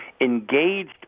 engaged